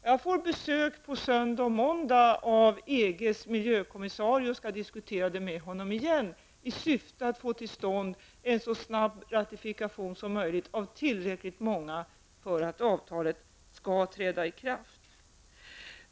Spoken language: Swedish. Jag får på söndag och måndag besök av EGs miljökommissarie, och jag skall då på nytt diskutera frågan med honom i syfte att så snabbt som möjligt få till stånd en ratifikation av tillräckligt många länder för att avtalet skall kunna träda i kraft.